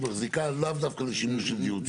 מחזיקה לאו דווקא לשימוש של דיור ציבורי.